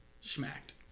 smacked